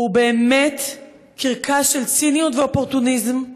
הוא באמת קרקס של ציניות ואופורטוניזם.